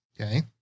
Okay